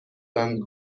تغییر